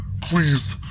Please